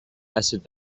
asset